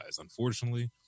Unfortunately